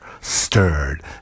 Stirred